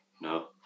No